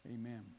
amen